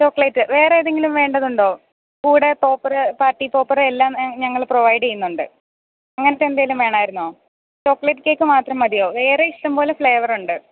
chocolate വേറെ എന്തെങ്കിലും വേണ്ടതുണ്ടോ കൂടെ ടോപ്പര് പാർട്ടി ടോപ്പര് എല്ലാം ഞങ്ങള് പ്രൊവൈഡ് ചെയ്യുന്നുണ്ട് അങ്ങനത്തെ എന്തെങ്കിലും വേണമായിരുന്നോ ചോക്ളയ്റ്റ് കേക്ക് മാത്രം മതിയോ വേറെ ഇഷ്ടംപോലെ ഫ്ലേവറുണ്ട്